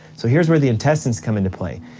so here's where the intestines come into play.